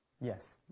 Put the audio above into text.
Yes